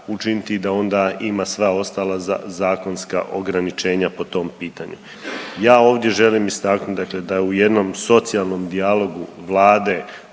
učiniti i da onda ima sva ostala zakonska ograničenja po tom pitanju. Ja ovdje želim istaknut dakle da je u jednom socijalnom dijalogu vlade,